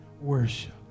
worship